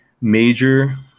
major